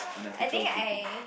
I think I